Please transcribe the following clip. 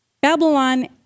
Babylon